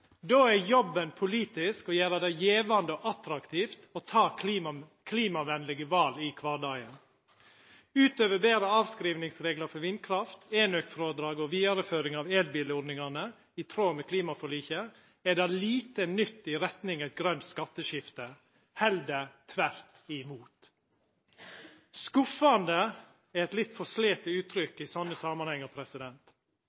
Då er jobben politisk å gjera det gjevande og attraktivt å ta klimavennlege val i kvardagen. Utover betre avskrivingsreglar for vindkraft, enøkfrådrag og vidareføring av elbilordningane, i tråd med klimaforliket, er det lite nytt i retning av eit grønt skatteskifte – heller tvert imot. Skuffande er eit litt for